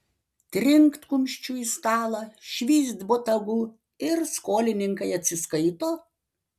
trinkt kumščiu į stalą švyst botagu ir skolininkai atsiskaito